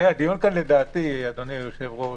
הדיון לדעתי, אדוני היושב-ראש,